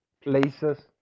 places